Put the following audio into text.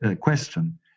question